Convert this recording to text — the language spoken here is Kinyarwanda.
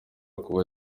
kuba